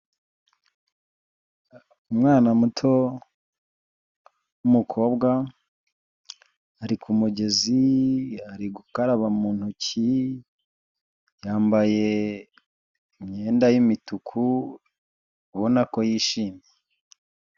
Umwana muto w'umukobwa, ari kumugezi, ari gukaraba mu ntoki, yambaye imyenda y'imituku ubona ko yishimye.